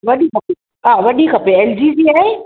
वॾी खपे वॾी हा वॾी खपे एलजी जी आहे